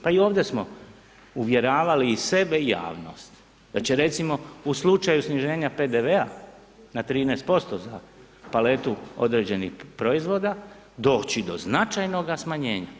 Pa i ovdje smo uvjeravali i sebe i javnost da će recimo u slučaju sniženja PDV-a na 13% za paletu određenih proizvoda doći do značajnog smanjenja.